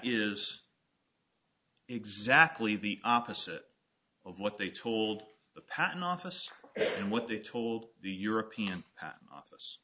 is exactly the opposite of what they told the patent office and what they told the european